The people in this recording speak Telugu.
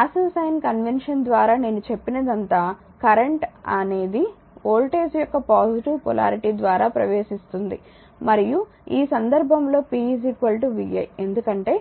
పాసివ్ సైన్ కన్వెన్షన్ ద్వారా నేను చెప్పినదంతా కరెంట్ అనేది వోల్టేజ్ యొక్క పాజిటివ్ పొలారిటీ ద్వారా ప్రవేశిస్తుంది మరియు ఈ సందర్భం లో p vi ఎందుకంటే